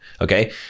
Okay